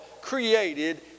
created